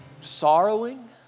sorrowing